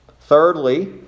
Thirdly